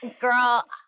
Girl